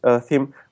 theme